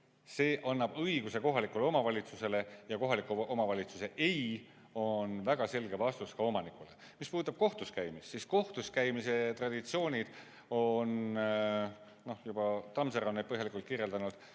See annab õiguse kohalikule omavalitsusele ja kohaliku omavalitsuse "ei" on väga selge vastus ka omanikule. Mis puudutab kohtuskäimist, siis kohtuskäimise traditsioone on juba Tammsaare põhjalikult kirjeldanud.